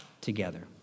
together